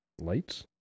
lights